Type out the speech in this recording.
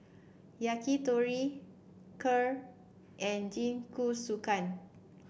Yakitori Kheer and Jingisukan